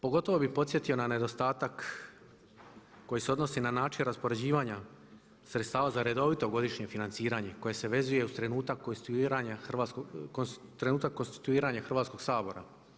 Pogotovo bi podsjetio na nedostatak koji se odnosi na način raspoređivanja sredstava za redovito godišnje financiranje koje se vezuje uz trenutak konstituiranja Hrvatskog sabora.